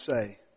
say